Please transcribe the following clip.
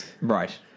Right